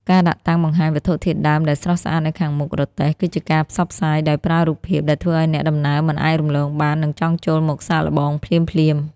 ការដាក់តាំងបង្ហាញវត្ថុធាតុដើមដែលស្រស់ស្អាតនៅខាងមុខរទេះ គឺជាការផ្សព្វផ្សាយដោយប្រើរូបភាពដែលធ្វើឱ្យអ្នកដំណើរមិនអាចរំលងបាន និងចង់ចូលមកសាកល្បងភ្លាមៗ។